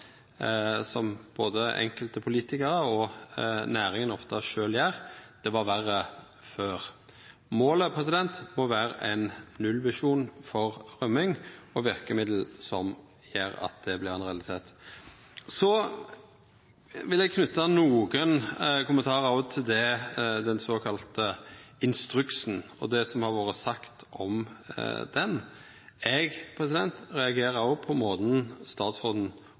som både enkelte politikarar og næringa sjølv ofte gjer, at det var verre før. Målet må vera ein nullvisjon for rømming og verkemiddel som gjer at det vert ein realitet. Så vil eg òg knyta nokre kommentarar til den såkalla instruksen og det som har vore sagt om han: Eg reagerer òg på måten statsråden